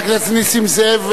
חבר הכנסת נסים זאב,